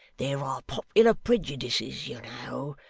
there are popular prejudices, you know,